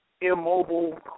immobile